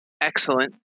excellent